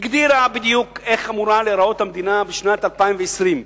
הגדירה בדיוק איך אמורה להיראות המדינה בשנת 2020,